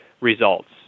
results